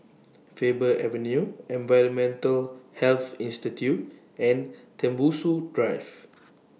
Faber Avenue Environmental Health Institute and Tembusu Drive